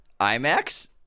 IMAX